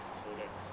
so that's